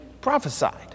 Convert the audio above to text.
prophesied